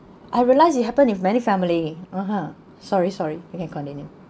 I realize it happen in many family (uh huh) sorry sorry you can continue